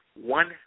one